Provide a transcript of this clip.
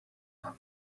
not